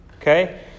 Okay